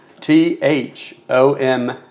T-H-O-M